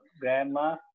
grandma